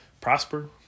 Prosper